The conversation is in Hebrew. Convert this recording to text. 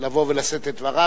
לבוא ולשאת את דבריו.